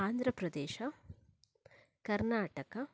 Andhra Pradesh Karnataka